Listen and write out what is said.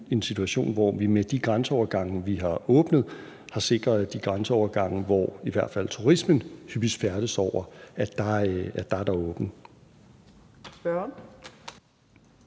situation, hvor vi med de grænseovergange, vi har åbnet, har sikret, at de grænseovergange, hvor i hvert fald turister hyppigst færdes over, er åbne. Kl.